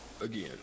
again